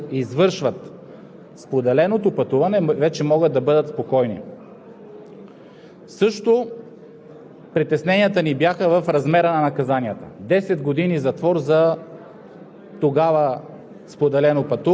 Сега отпадането на съюза „и/или“ вече решава този проблем, тоест трябва да има и двете неща – и „икономическа изгода“, и „заплащане“. И хората, които извършват споделеното пътуване, вече могат да бъдат спокойни.